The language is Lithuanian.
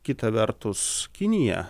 kita vertus kinija